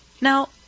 Now